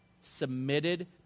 submitted